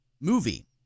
movie